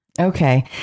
Okay